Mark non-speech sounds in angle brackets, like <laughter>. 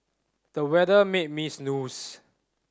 the weather made me <unintelligible>